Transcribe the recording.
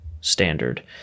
standard